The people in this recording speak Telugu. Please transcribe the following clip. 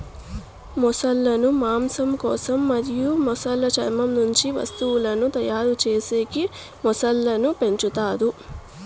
మొసళ్ళ ను మాంసం కోసం మరియు మొసలి చర్మం నుంచి వస్తువులను తయారు చేసేకి మొసళ్ళను పెంచుతారు